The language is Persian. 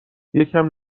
یکم